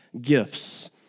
gifts